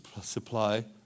supply